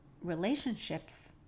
relationships